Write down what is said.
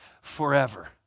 forever